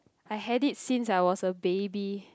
I had it since I was a baby